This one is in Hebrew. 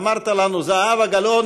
לאחר שאמרנו את כל אלה,